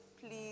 please